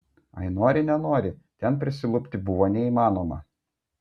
ai nori nenori ten prisilupti buvo neįmanoma